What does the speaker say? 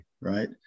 right